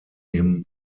him